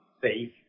safe